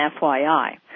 FYI